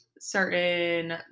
certain